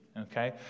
okay